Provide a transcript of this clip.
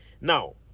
Now